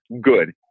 good